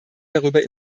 darüber